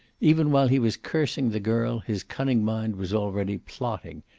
even while he was cursing the girl his cunning mind was already plotting,